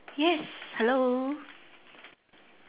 yes hello